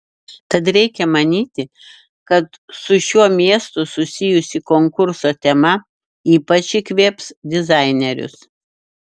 tad reikia manyti kad su šiuo miestu susijusi konkurso tema ypač įkvėps dizainerius